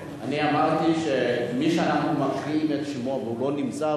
אני אמרתי שמי שאנחנו מקריאים את שמו והוא לא נמצא,